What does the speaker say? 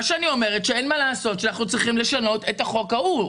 אני אומרת שאין מה לעשות אלא לשנות את החוק ההוא.